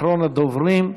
אחרון הדוברים,